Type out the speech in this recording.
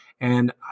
And-